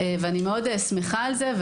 ואני מאוד שמחה על זה,